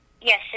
Yes